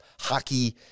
hockey